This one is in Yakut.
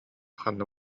ханна